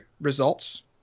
results